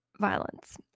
Violence